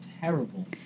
terrible